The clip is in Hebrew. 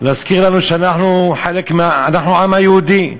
להזכיר לנו שאנחנו העם היהודי.